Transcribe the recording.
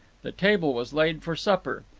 the table was laid for supper.